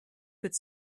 could